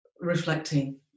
reflecting